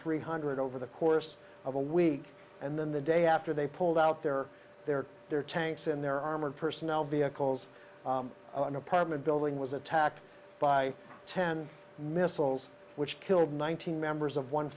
three hundred over the course of a week and then the day after they pulled out their their their tanks and their armored personnel vehicles an apartment building was attacked by ten missiles which killed one thousand members of one